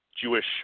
Jewish